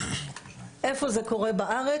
איפה זה קורה בארץ,